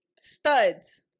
studs